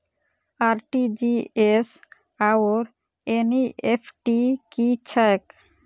RTGS आओर NEFT की छैक?